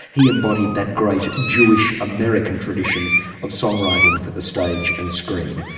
he embodied that great jewish american tradition of song writing for the stage and screen.